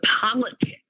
politics